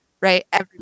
right